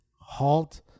halt